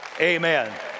amen